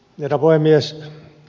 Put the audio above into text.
herra puhemies